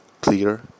clear